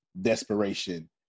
desperation